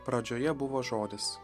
pradžioje buvo žodis